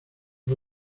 por